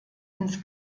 ins